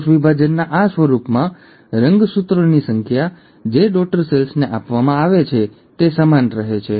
કોષવિભાજનના આ સ્વરૂપમાં રંગસૂત્રોની સંખ્યા જે ડૉટર સેલ્સને આપવામાં આવે છે તે સમાન રહે છે